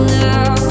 now